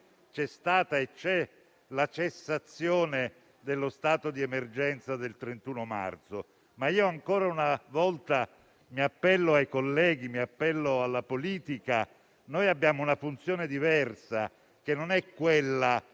c'è stata e c'è la cessazione dello stato di emergenza dal 31 marzo, ma io, ancora una volta, mi appello ai colleghi, mi appello alla politica. Noi abbiamo una funzione diversa, che non è quella